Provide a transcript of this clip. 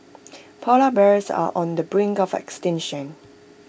Polar Bears are on the brink of extinction